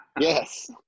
yes